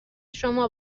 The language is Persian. شما